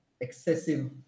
excessive